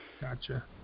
Gotcha